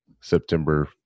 September